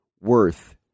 worth